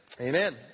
Amen